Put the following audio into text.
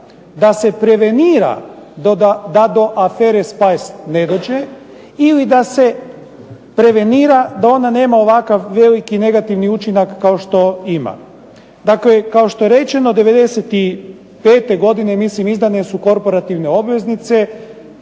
da se prevenira da do afere Spice ne dođe, ili da se prevenira da ona nema ovakav veliki negativni učinak kao što ima. Dakle kao što je rečeno '95. godine mislim izdane su korporativne obveznice,